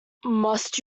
must